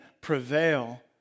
prevail